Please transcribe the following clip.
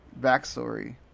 backstory